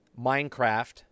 Minecraft